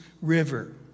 River